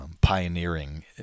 pioneering